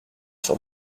sur